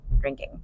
drinking